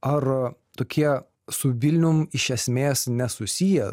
ar tokie su vilnium iš esmės nesusiję